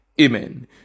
Amen